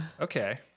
Okay